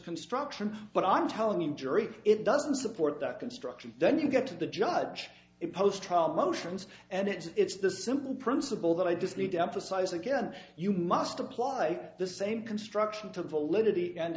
construction but i'm telling you jury it doesn't support that construction then you get to the judge it post trial motions and it's the simple principle that i just need to emphasize again you must apply the same construction to the full lity and